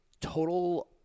Total